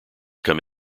come